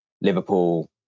Liverpool